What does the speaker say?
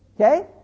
Okay